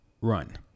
Run